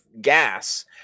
gas